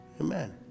Amen